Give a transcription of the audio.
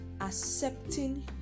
accepting